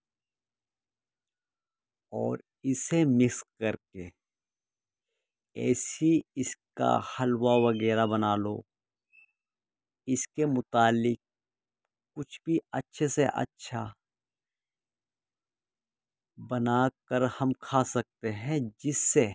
اور اسے مکس کر کے ایسی اس کا حلوہ وغیرہ بنا لو اس کے متعلق کچھ بھی اچھے سے اچھا بنا کر ہم کھا سکتے ہیں جس سے